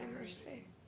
mercy